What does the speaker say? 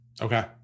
Okay